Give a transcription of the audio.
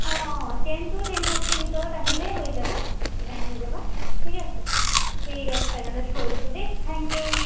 অঁ অঁ অঁ টেন টু টেন থাৰ্টিৰ ভিতৰত আহিলেই হৈ যাব তুমি আহি যাবা ঠিক আছে ঠিক আছে তেনেহ'লে থৈছোঁ দেই থেংক ইউ